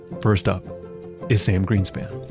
first up is sam greenspan